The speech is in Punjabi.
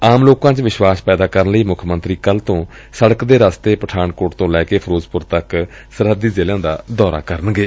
ਆਮ ਲੋਕਾਂ ਚ ਵਿਸ਼ਵਾਸ ਪੈਦਾ ਕਰਨ ਲਈ ਮੁੱਖ ਮੰਤਰੀ ਕੱਲੂ ਤੋਂ ਸੜਕ ਦੇ ਰਸਤੇ ਪਠਾਨਕੋਟ ਤੋਂ ਲੈ ਕੇ ਫਿਰੋਜ਼ਪੁਰ ਤੱਕ ਸਰਹੱਦੀ ਜ਼ਿਲ੍ਹਿਆਂ ਦਾ ਦੌਰਾ ਕਰਨਗੇ